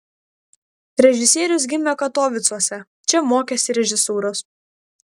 režisierius gimė katovicuose čia mokėsi režisūros